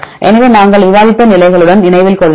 எனவே நாங்கள் விவாதித்த நிலைகளுடன் நினைவில் கொள்ளுங்கள்